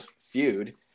feud